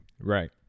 Right